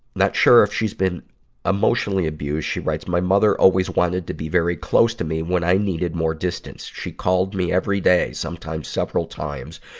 not sure if she's been emotionally abused. she writes, my mother always wanted to be very close to me, when i needed more distance. she called me every day, sometimes several times.